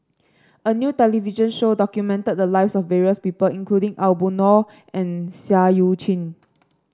a new television show documented the lives of various people including Aw Boon Naw and Seah Eu Chin